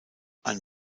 ein